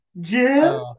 Jim